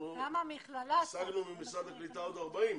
אנחנו השגנו ממשרד הקליטה עוד 40,